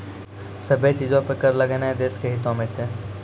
सभ्भे चीजो पे कर लगैनाय देश के हितो मे छै